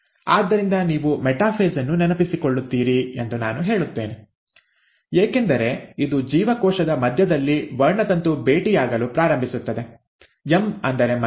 ಆದ್ದರಿಂದ ನೀವು ಮೆಟಾಫೇಸ್ ಅನ್ನು ನೆನಪಿಸಿಕೊಳ್ಳುತ್ತೀರಿ ಎಂದು ನಾನು ಹೇಳುತ್ತೇನೆ ಏಕೆಂದರೆ ಇದು ಜೀವಕೋಶದ ಮಧ್ಯದಲ್ಲಿ ವರ್ಣತಂತು ಭೇಟಿಯಾಗಲು ಪ್ರಾರಂಭಿಸುತ್ತದೆ ಎಂ ಅಂದರೆ ಮಧ್ಯೆ